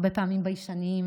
והרבה פעמים ביישנים,